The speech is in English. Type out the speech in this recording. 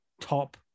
top